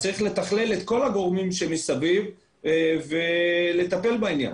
צריך לתכלל את כל הגורמים שמסביב ולטפל בעניין.